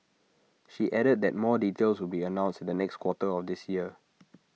she added that more details will be announced in the next quarter of this year